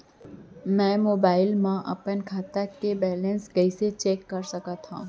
मैं मोबाइल मा अपन खाता के बैलेन्स कइसे चेक कर सकत हव?